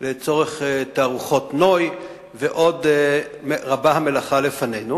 לצורך תערוכות נוי, ועוד רבה המלאכה לפנינו.